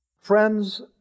Friends